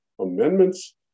amendments